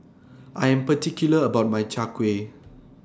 I'm particular about My Chai Kueh